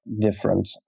different